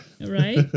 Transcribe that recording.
right